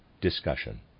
Discussion